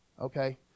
Okay